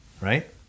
right